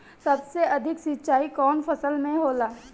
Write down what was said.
सबसे अधिक सिंचाई कवन फसल में होला?